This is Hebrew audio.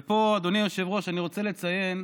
ופה, אדוני היושב-ראש, אני רוצה לציין,